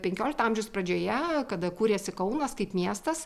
penkiolikto amžiaus pradžioje kada kūrėsi kaunas kaip miestas